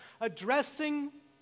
Addressing